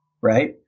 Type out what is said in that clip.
right